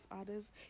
others